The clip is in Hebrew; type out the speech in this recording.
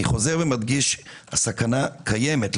אני חוזר ומדגיש, הסכנה קיימת.